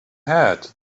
had